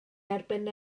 erbyn